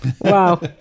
Wow